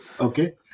Okay